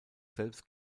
selbst